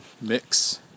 mix